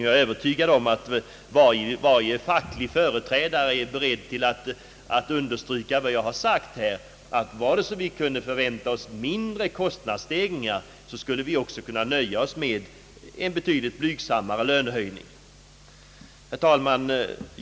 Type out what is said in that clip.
Jag är övertygad om att varje facklig företrädare är beredd att understryka detta. Kunde vi förvänta oss mindre kostnadsstegringar, så kunde vi också nöja oss med en betydligt blygsammare lönehöjning. Herr talman!